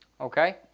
Okay